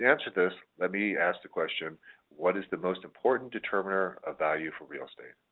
answer this, let me ask the question what is the most important determiner of value for real estate?